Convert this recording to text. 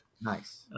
nice